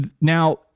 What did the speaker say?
now